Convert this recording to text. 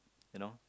you know